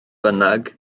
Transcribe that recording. bynnag